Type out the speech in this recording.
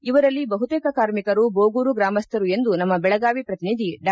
ಇವರಲ್ಲಿ ಬಹುತೇಕ ಕಾರ್ಮಿಕರು ಬೋಗೂರು ಗ್ರಾಮಸ್ಥರು ಎಂದು ನಮ್ಮ ಬೆಳಗಾವಿ ಪ್ರತಿನಿಧಿ ಡಾ